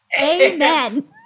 Amen